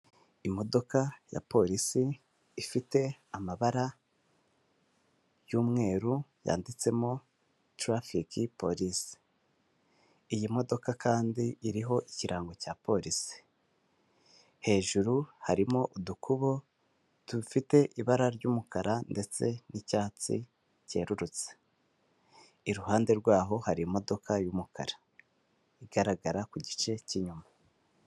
Imodoka ya polisi ifite amabara y'umweru yanditsemo tarafike polisi. Iyi modoka kandi iriho ikirango cya polisi. Hejuru hariho udukubo dufite ibara ry'umukara ndetse n'icyatsi cyerurutse, iruhande rwaho hari imodoka y'umukara igaragara ku gice cy'inyuma.